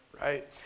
Right